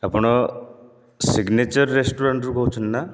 ଆପଣ ସିଗ୍ନେଚର ରେଷ୍ଟୁରାଣ୍ଟରୁ କହୁଛନ୍ତି ନା